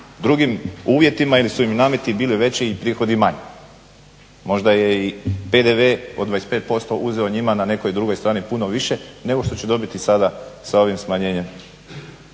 drugim uvjetima ili su im nameti bili veći i prihodi manji. Možda je i PDV od 25% uzeo njima na nekoj drugoj strani puno više nego što će dobiti sada sa ovim smanjenjem